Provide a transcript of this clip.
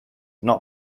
not